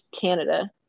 canada